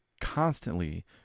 constantly